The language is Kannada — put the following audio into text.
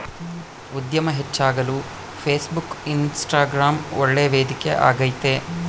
ಉದ್ಯಮ ಹೆಚ್ಚಾಗಲು ಫೇಸ್ಬುಕ್, ಇನ್ಸ್ಟಗ್ರಾಂ ಒಳ್ಳೆ ವೇದಿಕೆ ಆಗೈತೆ